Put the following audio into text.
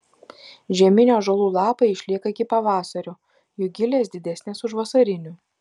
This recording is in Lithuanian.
žieminių ąžuolų lapai išlieka iki pavasario jų gilės didesnės už vasarinių